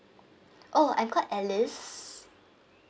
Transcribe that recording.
oh I'm called alice